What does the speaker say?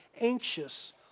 anxious